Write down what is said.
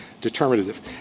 determinative